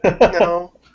No